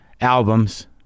albums